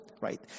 right